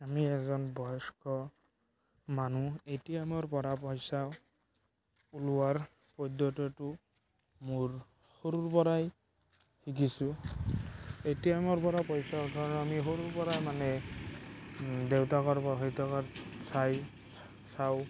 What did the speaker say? আমি এজন বয়স্ক মানুহ এ টি এম ৰ পৰা পইচা ওলোৱাৰ পদ্ধতিটো মোৰ সৰুৰ পৰাই শিকিছোঁ এ টি এম ৰ পৰা পইচা উঠানৰ আমি সৰুৰ পৰা মানে দেউতাকৰ প্ৰফিটৰ পৰা চাই চাওঁ